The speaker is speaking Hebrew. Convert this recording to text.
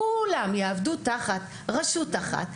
כולן יעבדו תחת רשות אחת,